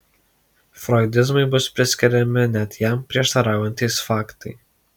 froidizmui bus priskiriami net jam prieštaraujantys faktai